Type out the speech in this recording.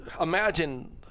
imagine